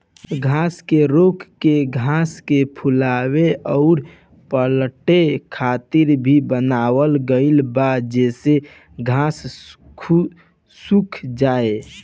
घास के रेक के घास के फुलावे अउर पलटे खातिर भी बनावल गईल बा जेसे घास सुख जाओ